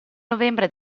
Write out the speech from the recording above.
novembre